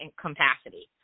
capacity